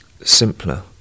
simpler